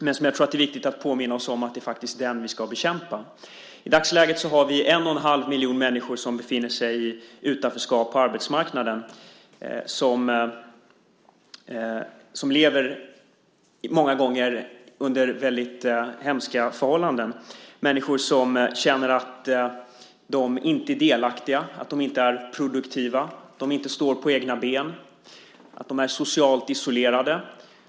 Jag tror att det är viktigt att påminna oss om att det faktiskt är den vi ska bekämpa. I dagsläget har vi en och en halv miljon människor som befinner sig i utanförskap på arbetsmarknaden och som många gånger lever under väldigt hemska förhållanden. Det är människor som känner att de inte är delaktiga, att de inte är produktiva, att de inte står på egna ben och att de är socialt isolerade.